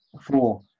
four